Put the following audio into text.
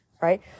right